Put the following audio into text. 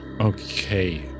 okay